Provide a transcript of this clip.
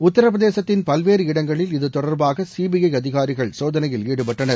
உத்தரப்பிரசேத்தின் பல்வேறு இடங்களில் இது தொடர்பாக சிபிஐ அதிகாரிகள் சோதனையில் ஈடுபட்டனர்